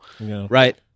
Right